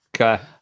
Okay